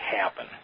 happen